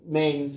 main